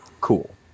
cool